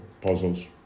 puzzles